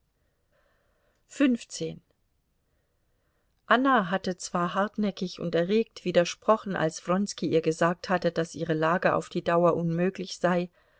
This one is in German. anna hatte zwar hartnäckig und erregt widersprochen als wronski ihr gesagt hatte daß ihre lage auf die dauer unmöglich sei